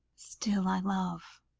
still i love,